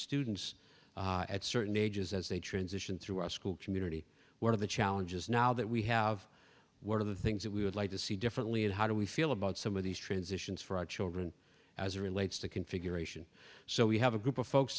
students at certain ages as they transition through our school community one of the challenges now that we have one of the things that we would like to see differently and how do we feel about some of these transitions for our children as relates to configuration so we have a group of folks